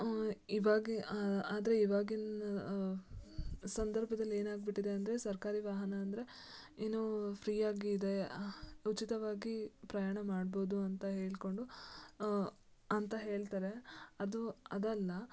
ಇವಾಗ ಆದರೆ ಈವಾಗಿನ ಸಂದರ್ಭದಲ್ಲಿ ಏನಾಗ್ಬಿಟ್ಟಿದೆ ಅಂದರೆ ಸರ್ಕಾರಿ ವಾಹನ ಅಂದರೆ ಏನೂ ಫ್ರೀ ಆಗಿ ಇದೆ ಉಚಿತವಾಗಿ ಪ್ರಯಾಣ ಮಾಡ್ಬೋದು ಅಂತ ಹೇಳ್ಕೊಂಡು ಅಂತ ಹೇಳ್ತಾರೆ ಅದು ಅದಲ್ಲ